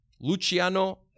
Luciano